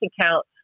account